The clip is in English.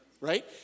right